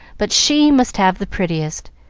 but she must have the prettiest.